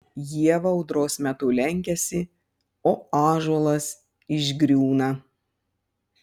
ieva audros metu lenkiasi o ąžuolas išgriūna